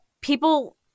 people